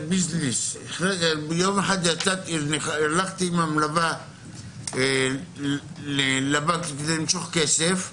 --- יום אחד הלכתי עם המלווה לבנק למשוך כסף,